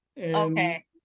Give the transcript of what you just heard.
Okay